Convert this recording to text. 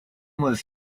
was